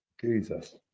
Jesus